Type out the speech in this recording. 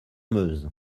meuse